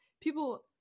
people